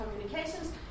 communications